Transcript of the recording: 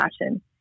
passion